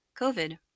COVID